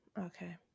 Okay